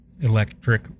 Electric